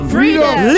Freedom